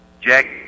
Jack